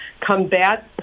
combat